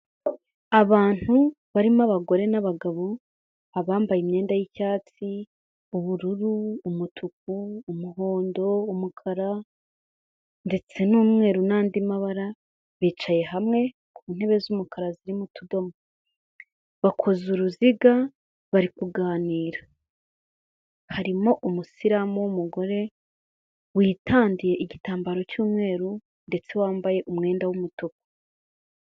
Abantu barimo abagore n'abagabo, abambaye imyenda y'icyatsi, ubururu, umutuku, umuhondo, umukara, ndetse n'umweru n'andi mabara, bicaye hamwe ku ntebe z'umukara zirimo utudomo, bakoza uruziga bari kuganira, harimo umusilamu w'umugore witandiye igitambaro cy'umweru ndetse wambaye umwenda w'umutuku.